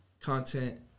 content